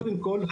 קודם כל,